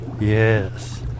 Yes